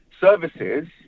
services